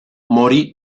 morì